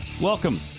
Welcome